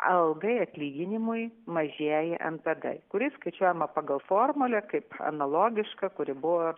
algai atlyginimui mažėja npd kuri skaičiuojama pagal formulę kaip analogiška kuri buvo